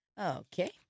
Okay